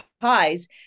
pies